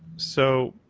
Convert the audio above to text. so,